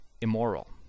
immoral